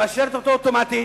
ומאשרת אותו אוטומטית.